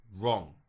wrong